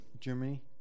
Germany